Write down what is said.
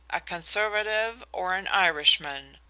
a conservative, or an irishman.